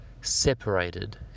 separated